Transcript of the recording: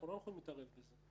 אנחנו לא יכולים להתערב בזה.